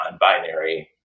non-binary